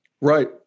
Right